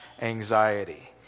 anxiety